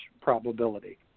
probability